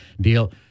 deal